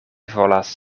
volas